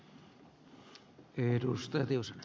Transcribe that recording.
kiitos ed